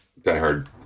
diehard